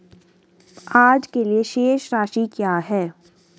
आज के लिए शेष राशि क्या है?